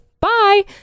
Bye